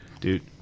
Dude